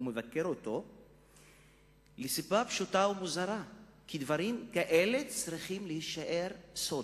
הוא מבקר אותו מסיבה פשוטה ומוזרה: כי דברים כאלה צריכים להישאר סוד,